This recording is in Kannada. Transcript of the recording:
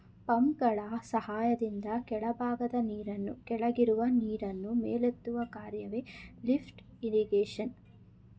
ಪಂಪ್ಗಳ ಸಹಾಯದಿಂದ ಕೆಳಭಾಗದ ನೀರನ್ನು ಕೆಳಗಿರುವ ನೀರನ್ನು ಮೇಲೆತ್ತುವ ಕಾರ್ಯವೆ ಲಿಫ್ಟ್ ಇರಿಗೇಶನ್